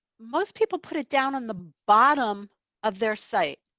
most people put it down on the bottom of their site.